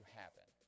happen